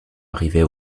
arrivait